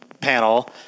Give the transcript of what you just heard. panel